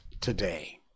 today